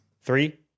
Three